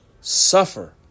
suffer